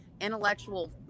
intellectual